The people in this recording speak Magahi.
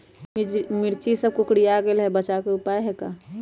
हमर मिर्ची सब कोकररिया गेल कोई बचाव के उपाय है का?